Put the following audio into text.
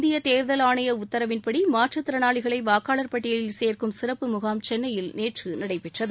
இந்திய தேர்தல் ஆணைய உத்தரவின்படி மாற்றுத் திறனாளிகளை வாக்காளர் பட்டியலில் சேர்க்கும் சிறப்பு முகாம் சென்னையில் நேற்று நடைபெற்றது